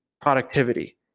productivity